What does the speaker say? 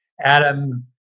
Adam